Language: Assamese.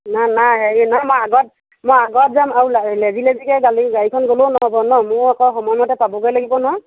না নাই হেৰি মই আগত মই আগত যাম আৰু লে লেজি লেজিকৈ গালি গাড়ীখন গ'লেও নহ'ব ন' মোৰ আকৌ সময়মতে পাবগৈ লাগিব নহয়